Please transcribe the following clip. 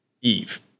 Eve